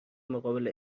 مقابل